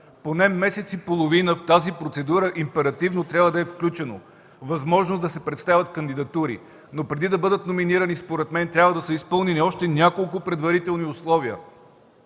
Поне месец и половина в тази процедура императивно трябва да е включена възможността да се представят кандидатури, но преди да бъдат номинирани, според мен трябва да са изпълнени още няколко предварителни условия.